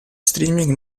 streaming